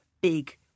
big